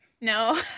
No